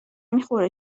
میخوره